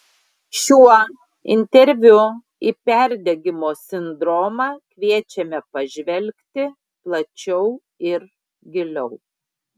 šiuo interviu į perdegimo sindromą kviečiame pažvelgti plačiau ir giliau